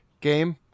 game